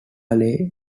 lay